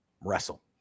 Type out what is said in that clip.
wrestle